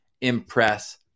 impress